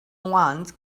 once